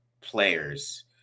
players